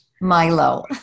Milo